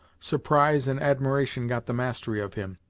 surprise and admiration got the mastery of him.